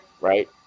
Right